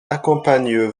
accompagnent